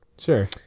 Sure